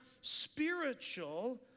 spiritual